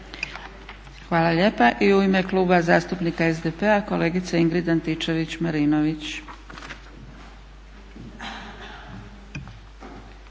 Hvala lijepa. I u ime Kluba zastupnika SDP-a kolegica Ingrid Antičević-Marinović.